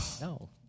No